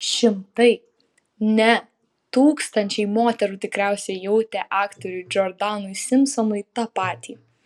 šimtai ne tūkstančiai moterų tikriausiai jautė aktoriui džordanui simpsonui tą patį